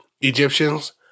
Egyptians